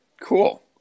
Cool